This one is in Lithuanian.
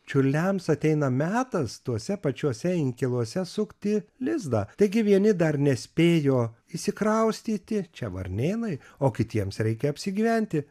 čiurliams ateina metas tuose pačiuose inkiluose sukti lizdą taigi vieni dar nespėjo išsikraustyti čia varnėnai o kitiems reikia apsigyventi